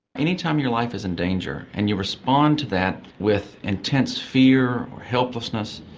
any time your life is in danger and you respond to that with intense fear or helplessness,